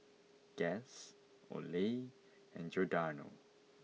Guess Olay and Giordano